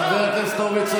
חבר הכנסת הורוביץ,